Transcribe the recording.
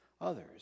others